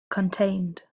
contained